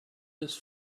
this